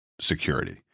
security